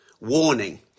Warning